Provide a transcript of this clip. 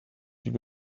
you